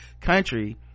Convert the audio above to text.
country